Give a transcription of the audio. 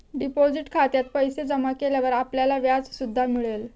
deposit खात्यात पैसे जमा केल्यावर आपल्याला व्याज सुद्धा मिळेल